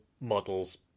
models